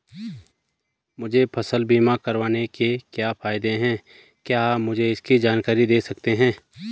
मुझे फसल बीमा करवाने के क्या फायदे हैं क्या आप मुझे इसकी जानकारी दें सकते हैं?